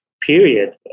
period